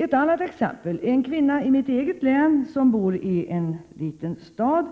Ett annat exempel: En kvinna i mitt eget hemlän, som bor en liten stad,